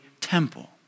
temple